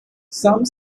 some